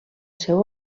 seu